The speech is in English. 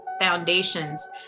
foundations